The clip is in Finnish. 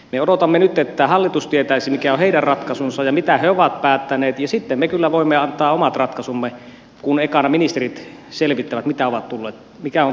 me odotamme nyt että hallitus tietäisi mikä on heidän ratkaisunsa ja mitä he ovat päättäneet ja sitten me kyllä voimme antaa omat ratkaisumme kun ekana ministerit selvittävät mitä ovat tulleet mikä on